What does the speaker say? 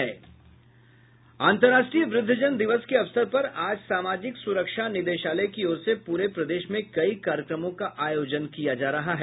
अन्तर्राष्ट्रीय वृद्धजन दिवस के अवसर पर आज सामाजिक सुरक्षा निदेशालय की ओर से पूरे प्रदेश में कई कार्यक्रमों का आयोजन किया जा रहा है